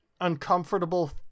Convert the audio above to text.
uncomfortable